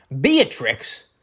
Beatrix